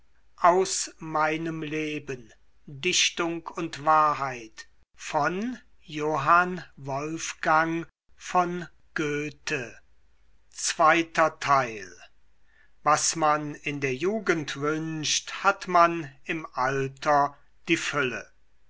was man in der jugend wünscht hat man im alter die fülle